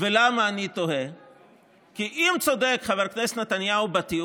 אז הוא יסתדר גם בלי ההצגה הזאת בתוך